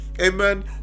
amen